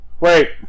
wait